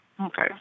Okay